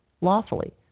lawfully